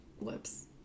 lips